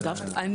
מ.מ,